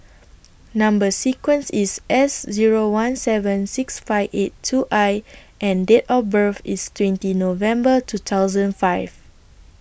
Number sequence IS S Zero one seven six five eight two I and Date of birth IS twenty November two thousand and five